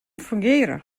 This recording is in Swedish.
fungera